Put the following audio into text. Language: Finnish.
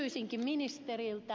kysyisinkin ministeriltä